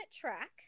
track